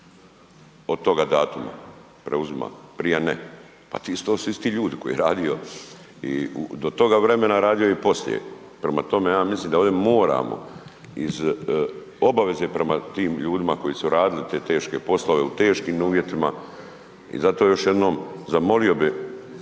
od toga datuma preuzima, prije ne, pa to su isti ljudi koji je radio i do toga vremena radio je i poslije. Prema tome, ja mislim da ovdje moramo iz obaveze prema tim ljudima koji su radili te teške poslove, u teškim uvjetima i zato još jednom, zamolio bi